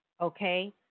okay